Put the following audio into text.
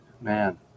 Man